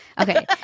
Okay